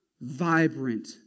vibrant